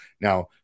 now